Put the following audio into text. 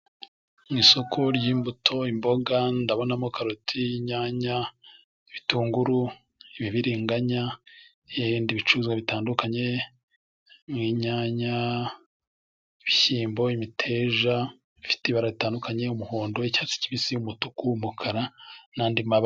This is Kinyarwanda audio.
Mu isoko ry'imbuto, imboga ndabonamo karoti, inyanya ibitunguru, ibibiriganya, n'ibinda bicuruzwa bitandukanye nk'inyanya, ibishyimbo, imiteja, bifite ibara ritandukanye, umuhondo, icyatsi kibisi, umutuku, umukara, n'andi mabara.